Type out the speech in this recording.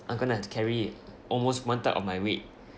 I'm going to have to carry almost one third of my weight